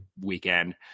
weekend